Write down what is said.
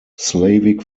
slavic